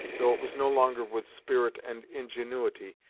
though it was no longer with spirit and ingenuity,